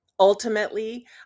Ultimately